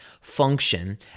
function